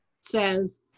says